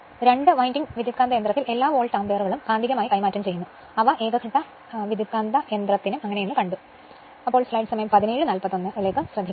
രണ്ട് വിൻഡിംഗ് ട്രാൻസ്ഫോർമറിൽ എല്ലാ വോൾട്ട് ആമ്പിയറുകളും കാന്തികമായി കൈമാറ്റം ചെയ്യപ്പെടുന്നു അവ സിംഗിൾ ഫേസ് ട്രാൻസ്ഫോർമറിനും കണ്ടു